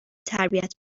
تربیت